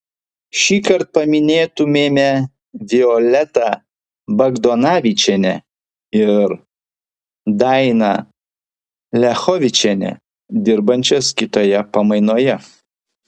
šįkart paminėtumėme violetą bagdonavičienę ir dainą liachovičienę dirbančias kitoje pamainoje